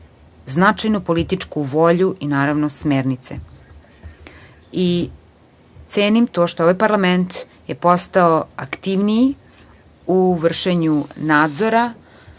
značajnu političku volju i smernice. Cenim to što je ovaj parlament postao aktivniji u vršenju nadzora